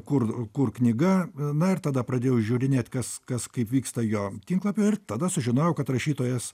kur kur knyga na ir tada pradėjau žiūrinėt kas kas kaip vyksta jo tinklapui ir tada sužinojau kad rašytojas